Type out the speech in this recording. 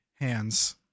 hands